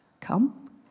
come